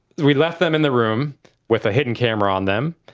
we left them in the room with a hidden camera on them.